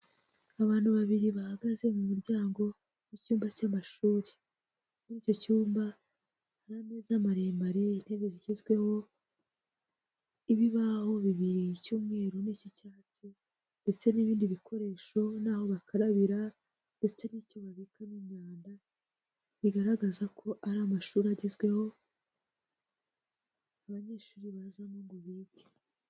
Abantu babiri bahagaze mu muryango w'icyumba cy'amashuri, muri icyo cyumba hari ameza maremare intebe zigezweho, ibibaho bibiri icy'umweru n'ik'icyatsi, ndetse n'ibindi bikoresho n'aho bakarabira, ndetse n'icyo babikamo imyanda, bigaragaza ko ari amashuri agezweho abanyeshuri bazamo ngo bige.